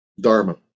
Dharma